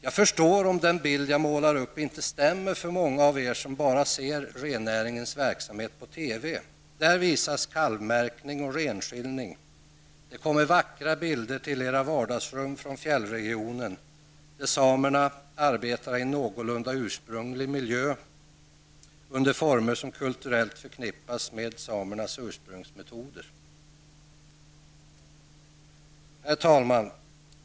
Jag förstår om den bild som jag målar upp inte stämmer för många av er, som ser rennäringens verksamhet bara på TV. Där visas kalvmärkning och renskiljning. Det kommer vackra bilder till era vardagsrum från fjällregionen, där samerna arbetar i en någorlunda ursprunglig miljö under former som kulturellt förknippas med samernas ursprungsmetoder. Herr talman!